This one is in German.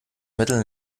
mitteln